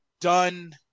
done